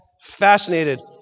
fascinated